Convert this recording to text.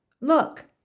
look